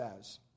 says